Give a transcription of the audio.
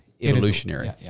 evolutionary